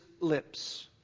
lips